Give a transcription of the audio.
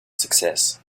success